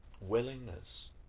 willingness